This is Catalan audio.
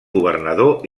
governador